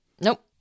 Nope